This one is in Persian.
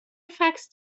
فکس